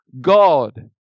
God